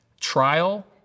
Trial